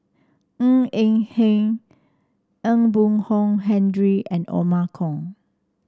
Ng Eng Hen Ee Boon Kong Henry and Othman Kong